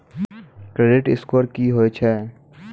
Credit score की होय छै?